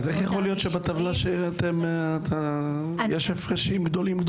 אז איך יכול להיות שבטבלה שהראיתם יש הפרשים גדולים?